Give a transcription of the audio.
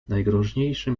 najgroźniejszym